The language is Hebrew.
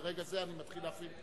מרגע זה אני מתחיל להפעיל,